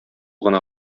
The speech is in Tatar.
гына